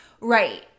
Right